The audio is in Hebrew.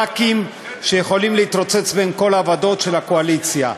נשארו 30 ח"כים שיכולים להתרוצץ בין כל הוועדות של הקואליציה.